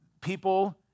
people